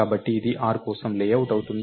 కాబట్టి ఇది r కోసం లేఅవుట్ అవుతుంది